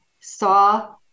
saw